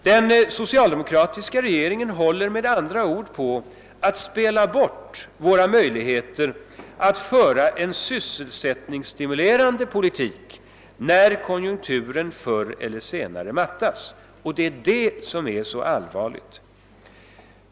Den socialdemokratiska regeringen håller med andra ord på att spela bort våra möjligheter att föra en sysselsättningsstimulerande politik när konjunkturen förr eller senare mattas. Detta är mycket allvarligt.